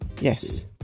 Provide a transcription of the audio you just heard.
Yes